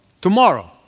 tomorrow